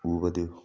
ꯎꯕꯗꯨ